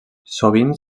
sovint